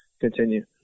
continue